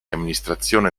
amministrazione